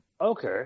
Okay